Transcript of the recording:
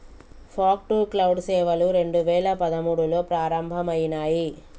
fog to cloud సేవలు రెండు వేల పదమూడులో ప్రారంభమయినాయి